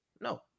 No